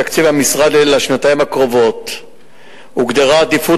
בתקציב המשרד לשנתיים הקרובות הוגדרה עדיפות